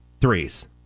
threes